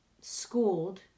schooled